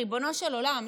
ריבונו של עולם,